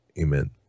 Amen